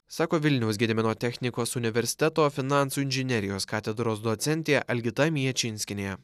sako vilniaus gedimino technikos universiteto finansų inžinerijos katedros docentė algita miečinskienė